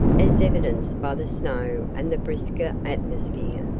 as evidenced by the snow and the brisker atmosphere,